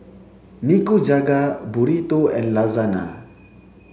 Nikujaga Burrito and Lasagna